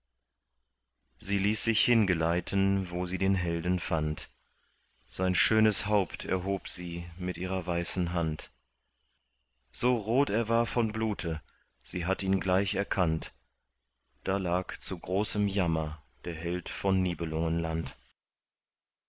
sie ließ sich hingeleiten wo sie den helden fand sein schönes haupt erhob sie mit ihrer weißen hand so rot er war von blute sie hat ihn gleich erkannt da lag zu großem jammer der held von